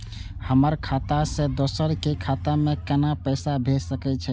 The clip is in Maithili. हमर खाता से दोसर के खाता में केना पैसा भेज सके छे?